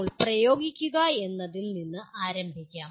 ഇപ്പോൾ പ്രയോഗിക്കുക എന്നതിൽ നിന്ന് ആരംഭിക്കാം